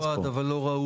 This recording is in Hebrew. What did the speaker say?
אולי מיועד, אבל לא ראוי.